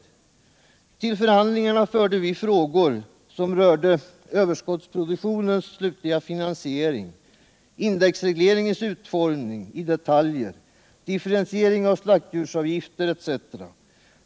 Vi förde till förhandlingarna frågor som rörde överskottsproduktionens finansiering, indexregleringens utformning i detaljer, differentiering av slaktdjursavgifter etc.